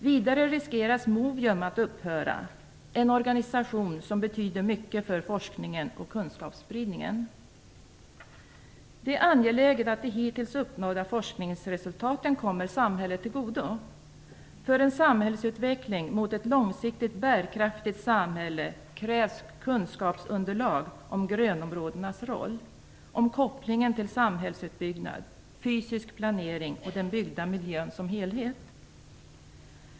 Vidare riskerar Movium att upphöra, en organisation som betyder mycket för forskningen och kunskapsspridningen. Det är angeläget att de hittills uppnådda forskningsresultaten kommer samhället till godo. För en samhällsutveckling mot ett långsikt bärkraftigt samhälle krävs kunskapsunderlag om grönområdenas roll, om kopplingen till samhällsutbyggnad, fysisk planering och den byggda miljön som helhet.